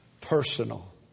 personal